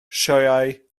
sioeau